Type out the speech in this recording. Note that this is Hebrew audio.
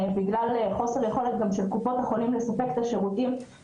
גם בגלל חוסר יכולת של קופות החולים לספק את השירותים,